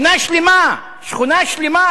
שכונה שלמה, יותר מ-1,000 איש,